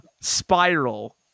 Spiral